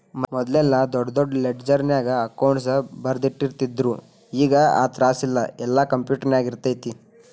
ಮದ್ಲೆಲ್ಲಾ ದೊಡ್ ದೊಡ್ ಲೆಡ್ಜರ್ನ್ಯಾಗ ಅಕೌಂಟ್ಸ್ ಬರ್ದಿಟ್ಟಿರ್ತಿದ್ರು ಈಗ್ ಆ ತ್ರಾಸಿಲ್ಲಾ ಯೆಲ್ಲಾ ಕ್ಂಪ್ಯುಟರ್ನ್ಯಾಗಿರ್ತೆತಿ